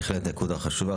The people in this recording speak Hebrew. זו, בהחלט, נקודה חשובה.